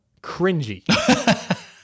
cringy